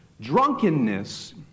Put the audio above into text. Drunkenness